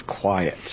quiet